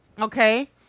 Okay